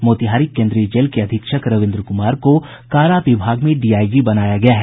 मोतिहारी केन्द्रीय जेल के अधीक्षक रविन्द्र कुमार को कारा विभाग में डीआईजी बनाया गया है